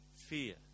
Fear